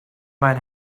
man